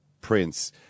prince